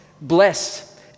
blessed